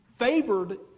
favored